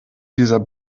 dieser